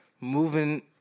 moving